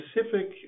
specific